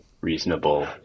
reasonable